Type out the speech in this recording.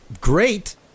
great